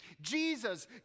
Jesus